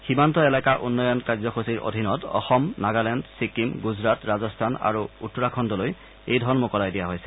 সীমান্ত এলেকা উন্নয়ন কাৰ্যসচীৰ অধীনত অসম নাগালেণ্ড ছিক্কিম গুজৰাট ৰাজস্থান আৰু উত্তৰাখণ্ডলৈ এই ধন মোকলাই দিয়া হৈছে